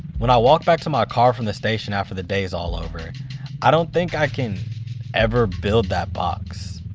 when i walk back to my car from the station after the day is all over i don't think i can ever build that box.